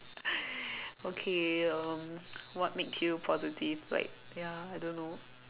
okay um what makes you positive like ya I don't know